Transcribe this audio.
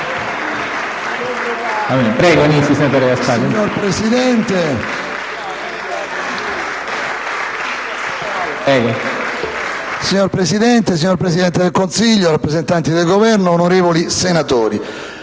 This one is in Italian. Signor Presidente, signor Presidente del Consiglio, rappresentanti del Governo, onorevoli senatori,